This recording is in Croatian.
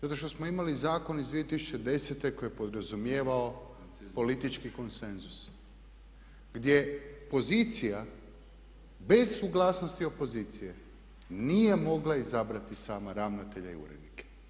Zato što smo imali zakon iz 2010. koji je podrazumijevao politički konsenzus gdje pozicija bez suglasnosti opozicije nije mogla izabrati sama ravnatelja i urednike.